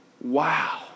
wow